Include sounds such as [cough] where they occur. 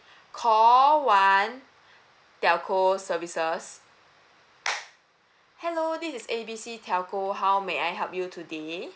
[breath] call one telco services [noise] hello this is A B C telco how may I help you today